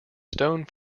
stone